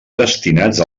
destinats